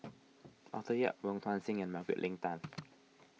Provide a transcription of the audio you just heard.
Arthur Yap Wong Tuang Seng and Margaret Leng Tan